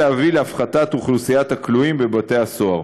כדי להביא להפחתת אוכלוסיית הכלואים בבתי-הסוהר.